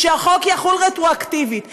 שהחוק יחול רטרואקטיבית.